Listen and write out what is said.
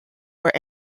where